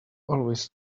always